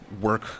Work